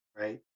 right